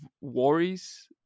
worries